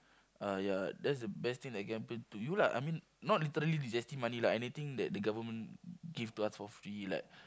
uh ya that's the best thing that can happen to you lah I mean not literally the G_S_T money lah anything that the government give to us for free like